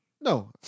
no